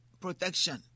protection